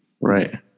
Right